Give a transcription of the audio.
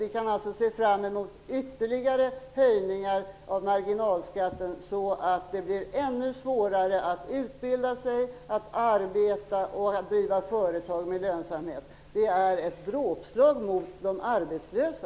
Vi kan alltså se fram emot ytterligare höjningar av marginalskatten så att det blir ännu svårare att utbilda sig, att arbeta och att driva företag med lönsamhet. Det är ett dråpslag mot de arbetslösa.